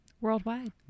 worldwide